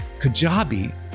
Kajabi